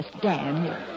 Dan